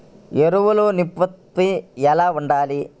ఎరువులు నిష్పత్తి ఎలా ఉండాలి?